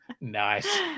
nice